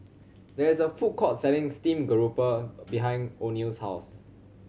there is a food court selling steamed garoupa behind Oneal's house